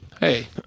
hey